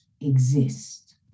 exist